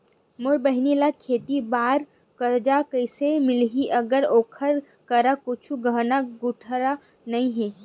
मोर बहिनी ला खेती बार कर्जा कइसे मिलहि, अगर ओकर करा कुछु गहना गउतरा नइ हे?